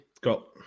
got